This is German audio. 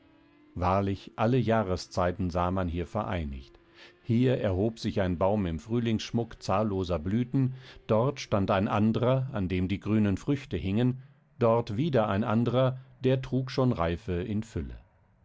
wahrlich alle jahreszeiten sah man hier vereinigt hier erhob sich ein baum im frühlingsschmuck zahlloser blüten dort stand ein andrer an dem die grünen früchte hingen dort wieder ein andrer der trug schon reife in fülle